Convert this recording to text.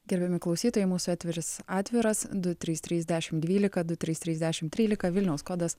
gerbiami klausytojai mūsų eteris atviras du trys trys dešimt dvylika du trys trys dešimt trylika vilniaus kodas